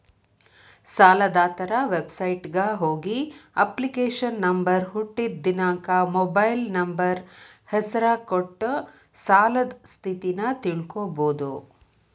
ಸಾಲದಾತರ ವೆಬಸೈಟ್ಗ ಹೋಗಿ ಅಪ್ಲಿಕೇಶನ್ ನಂಬರ್ ಹುಟ್ಟಿದ್ ದಿನಾಂಕ ಮೊಬೈಲ್ ನಂಬರ್ ಹೆಸರ ಕೊಟ್ಟ ಸಾಲದ್ ಸ್ಥಿತಿನ ತಿಳ್ಕೋಬೋದು